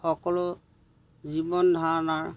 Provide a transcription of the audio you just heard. সকলো জীৱন ধাৰণৰ